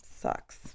sucks